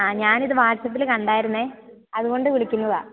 ഞാൻ ഇത് വാട്സ്അപ്പിൽ കാണ്ടാരുന്നെ അതുകൊണ്ട് വിളിക്കുന്നതാണ്